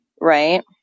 right